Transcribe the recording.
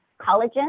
Collagen